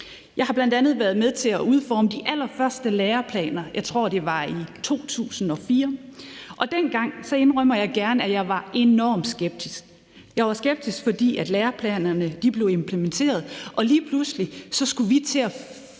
Jeg har bl.a. været med til at udforme de allerførste læreplaner – jeg tror, det var i 2004 – og dengang, det indrømmer jeg gerne, var jeg enormt skeptisk. Jeg var skeptisk, fordi læreplanerne blev implementeret, og lige pludselig skulle vi til at